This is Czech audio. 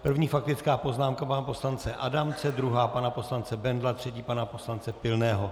První faktická poznámka je pana poslance Adamce, druhá pana poslance Bendla a třetí pana poslance Pilného.